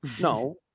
no